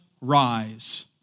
rise